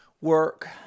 work